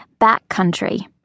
backcountry